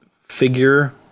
figure